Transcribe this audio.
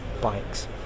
bikes